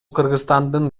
кыргызстандын